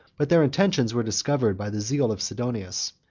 but their intentions were discovered by the zeal of sidonius.